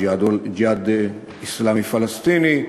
"ג'יהאד אסלאמי" פלסטיני,